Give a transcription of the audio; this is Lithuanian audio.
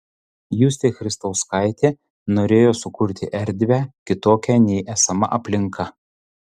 justė christauskaitė norėjo sukurti erdvę kitokią nei esama aplinka